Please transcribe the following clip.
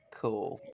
Cool